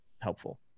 helpful